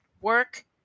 work